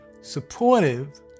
supportive